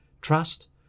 Trust